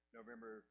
November